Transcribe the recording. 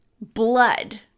blood